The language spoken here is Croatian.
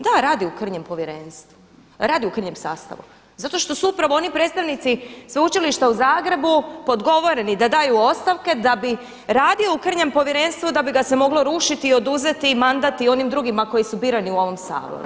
Da, radi u krnjem povjerenstvu, radi u krnjem sastavu zato što su upravo oni predstavnici Sveučilišta u Zagrebu podgovoreni da daju ostavke da bi radio u krnjem povjerenstvu da bi ga se moglo rušiti i oduzeti mandat i onim drugima koji su birani u ovom Saboru.